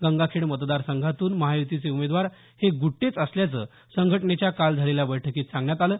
गंगाखेड मतदारसंघातून महायुतीचे उमेदवार हे गुट्टेच असल्याचं संघटनेच्या काल झालेल्या बैठकीत सांगण्यात आलं